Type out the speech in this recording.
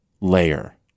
layer